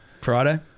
Friday